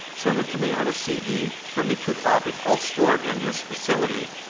send it to me on a cd. send me two copies. i'll store it in this facility